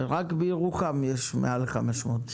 בירוחם יש מעל 500 איש.